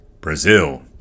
Brazil